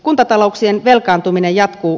kuntatalouden velkaantuminen jatkuu